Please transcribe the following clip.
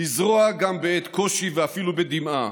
לזרוע גם בעת קושי, ואפילו בדמעה,